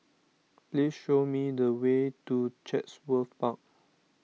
please show me the way to Chatsworth Park